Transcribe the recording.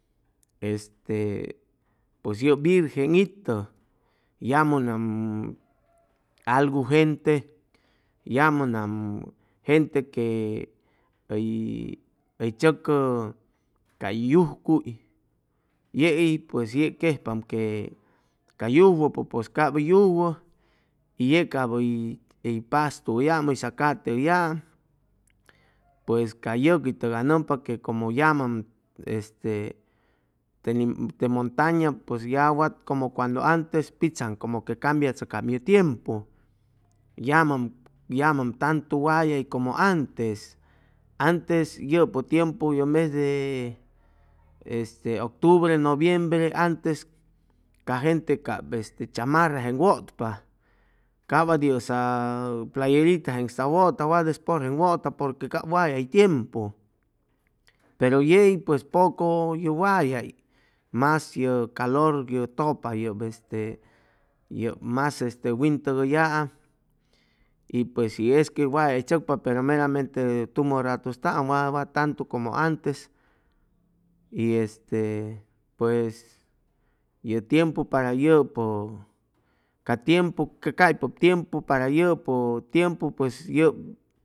Este pues yʉp virgen itʉ yamʉnam algu gente yamʉnam gente que hʉy hʉy tzʉcʉ cay yujcuy yei pues yeg quejpam que ca yujwʉpʉ pues cap yujwʉ y ye cap hʉy paztu ʉyam hʉy zacate ʉyaam pues ca yʉqui tʉgay nʉmpa que como yamam este te montaña pues wat ye como cuando antes pitzaŋ como que cambiachʉam ye tiempu yamam yamam tantu wayay como antes anytes yʉpʉ tiempu ye mes de este octubre, noviembre antes ca gante cap este chamarrajeŋ wʉtpa cap wat yʉsa playerita jeŋsta wʉta wat espor jeŋ wʉta porque cap wayay tiempu pero yei pues poco ye wayay mas ye calor ye tʉpa mas wintʉgʉyaam y pues si esque wayay tzʉcpa pero meramente tumʉ ratustam wa tantu como antes y este pues ye tiempu para yʉpʉ ca tiempu ca caypʉp tiempu para yʉpʉ tiempu pues yʉp